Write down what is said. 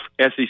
SEC